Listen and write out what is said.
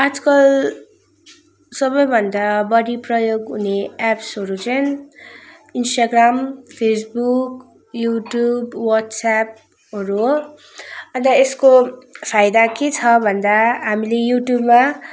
आजकल सबैभन्दा बढी प्रयोग हुने एप्सहरू चाहिँ Instagram Facebook YouTube वाट्सएपहरू हो अन्त यसको फाइदा के छ भन्दा हामीले युट्युबमा